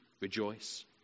rejoice